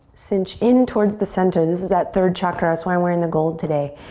cinch in towards the center. this is that third chakra. it's why i'm wearing the gold today.